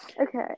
okay